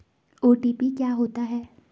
OTP क्या होता है?